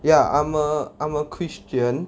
ya I'm a I'm a christian